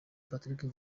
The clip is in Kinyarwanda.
patrick